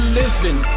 living